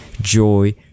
Joy